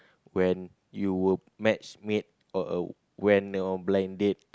when you were matchmade or uh went on a blind date